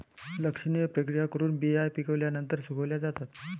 लक्षणीय प्रक्रिया करून बिया पिकल्यानंतर सुकवल्या जातात